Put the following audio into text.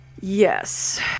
Yes